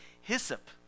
hyssop